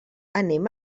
anem